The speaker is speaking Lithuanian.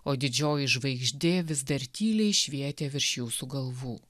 o didžioji žvaigždė vis dar tyliai švietė virš jūsų galvų